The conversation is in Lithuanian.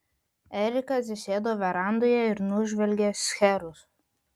erika atsisėdo verandoje ir nužvelgė šcherus